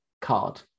card